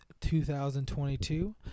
2022